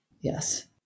Yes